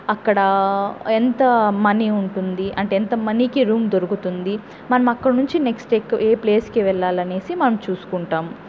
అక్కడా ఎంత మనీ ఉంటుంది అంటే ఎంత మనీకి రూమ్ దొరుకుతుంది మనం అక్కడ నుంచి నెక్స్ట్ ఏ ప్లేస్కి వెళ్ళాలి అనేసి మనం చూసుకుంటాం